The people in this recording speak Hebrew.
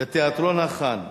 בתיאטרון "החאן"